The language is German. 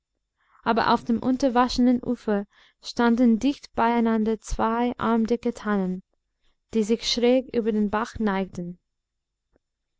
aber auf dem unterwaschenen ufer standen dicht beieinander zwei armdicke tannen die sich schräg über den bach neigten